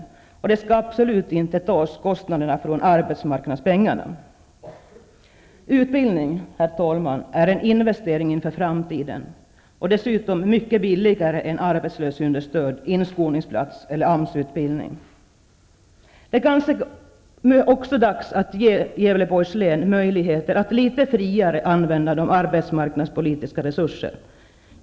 Men kostnaderna skall absolut inte täckas av arbetsmarknadspengarna. Herr talman! Utbildning är en investering inför framtiden. Dessutom är utbildning mycket billigare än arbetslöshetsunderstöd, inskolningsplats eller Det är kanske också dags att ge Gävleborgs län möjlighet att litet friare utnyttja ordinarie arbetsmarknadspolitiska resurser.